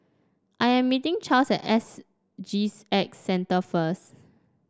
I am meeting Charles at S G X Centre first